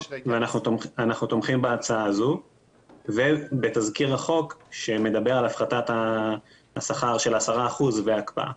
אנחנו תומכים בתזכיר החוק שמדבר על הפחתת השכר של 10% ועל הקפאה.